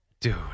Dude